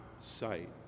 sight